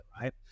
right